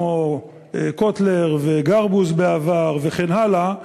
כמו קוטלר וגרבוז בעבר וכן הלאה,